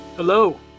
Hello